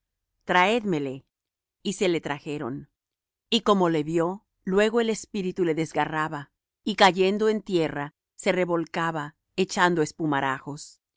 traédmele y se le trajeron y como le vió luego el espíritu le desgarraba y cayendo en tierra se revolcaba echando